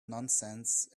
nonsense